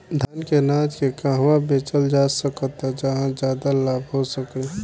धान के अनाज के कहवा बेचल जा सकता जहाँ ज्यादा लाभ हो सके?